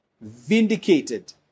vindicated